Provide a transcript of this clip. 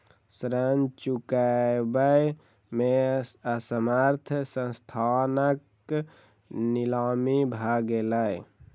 ऋण चुकबै में असमर्थ संस्थानक नीलामी भ गेलै